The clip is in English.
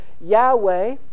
Yahweh